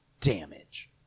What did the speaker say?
Damage